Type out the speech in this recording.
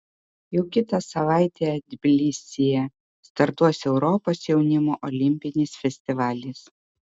jau kitą savaitę tbilisyje startuos europos jaunimo olimpinis festivalis